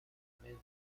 vez